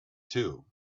too